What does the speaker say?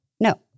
No